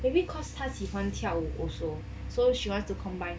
maybe cause 他喜欢跳舞 also so she wants to combine